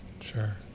Sure